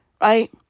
right